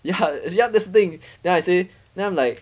ya ya that's the thing then I say then I'm like